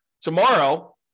tomorrow